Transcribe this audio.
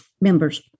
members